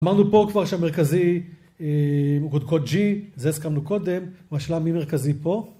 אמרנו פה כבר שהמרכזי אה... הוא קודקוד G, זה הסכמנו קודם, והשאלה: מי מרכזי פה?